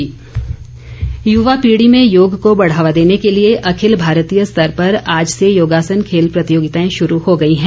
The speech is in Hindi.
योग युवा पीढ़ी में योग को बढ़ावा देने के लिए अखिल भारतीय स्तर पर आज से योगासन खेल प्रतियोगिताएं शुरू हो गई हैं